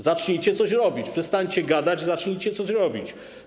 Zacznijcie coś robić, przestańcie gadać i zacznijcie coś robić.